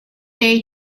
day